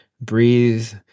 breathe